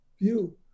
view